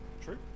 True